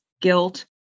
guilt